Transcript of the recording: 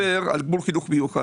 אף אחד לא מדבר על גמול חינוך מיוחד.